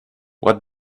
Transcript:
what